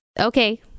okay